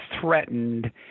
threatened –